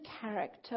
character